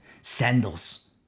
sandals